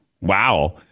wow